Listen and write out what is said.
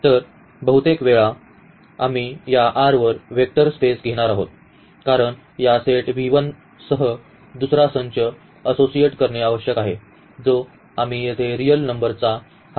तर बहुतेक वेळा आम्ही या R वर वेक्टर स्पेस घेणार आहोत कारण या सेट सह दुसरा संच असोसिएट असणे आवश्यक आहे जो आम्ही येथे रिअल नंबरचा हा R सेट घेतला आहे